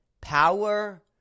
power